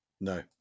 no